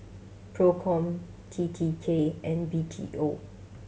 Procom T T K and B T O